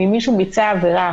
ואם מישהו ביצע עבירה